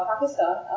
Pakistan